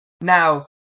Now